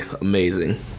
amazing